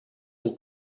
will